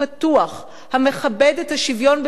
המכבד את השוויון בין גברים ונשים,